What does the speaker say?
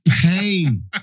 Pain